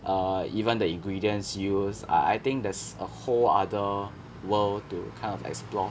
err even the ingredients used I I think there's a whole other world to kind of explore